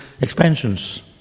expansions